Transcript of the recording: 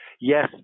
yes